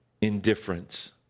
indifference